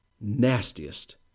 nastiest